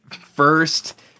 first